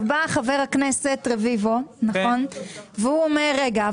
בא חבר הכנסת רביבו והוא אומר רגע,